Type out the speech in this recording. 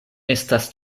estas